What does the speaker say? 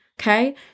Okay